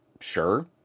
Sure